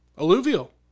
Alluvial